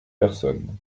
personnes